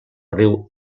riu